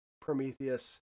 Prometheus